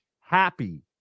happy